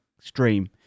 stream